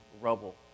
rubble